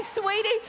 sweetie